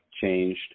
changed